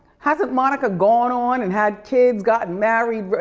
hasn't monica gone on and had kids, gotten married?